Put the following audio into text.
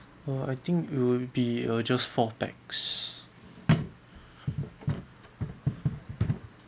uh I think it'll be uh just four pax